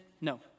No